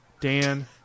Dan